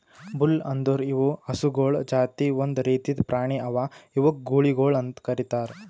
bull ಅಂದುರ್ ಇವು ಹಸುಗೊಳ್ ಜಾತಿ ಒಂದ್ ರೀತಿದ್ ಪ್ರಾಣಿ ಅವಾ ಇವುಕ್ ಗೂಳಿಗೊಳ್ ಅಂತ್ ಕರಿತಾರ್